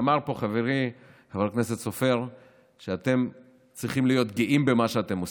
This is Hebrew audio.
ואמר פה חברי חבר הכנסת סופר שאתם צריכים להיות גאים במה שאתם עושים,